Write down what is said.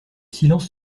silence